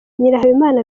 nyirahabimana